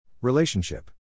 Relationship